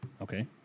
Okay